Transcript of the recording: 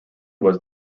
was